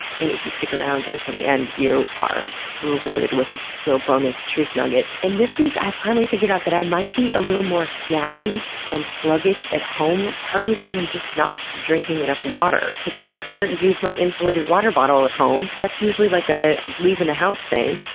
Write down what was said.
and if you stick around until the end you are rewarded with ah a bonus truth nugget. and this week i finally figured out that i might be a little more snacky and sluggish at home partly because i'm not drinking enough water, cause i never use my insulated water bottle at home that's usually like a leaving the house thing.